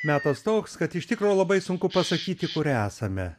metas toks kad iš tikro labai sunku pasakyti kur esame